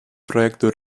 проекту